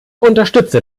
unterstütze